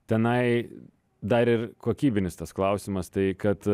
tenai dar ir kokybinis tas klausimas tai kad